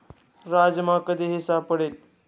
राजमा कधीही सापडेल